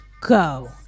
Go